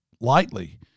lightly